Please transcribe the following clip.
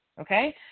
okay